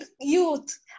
youth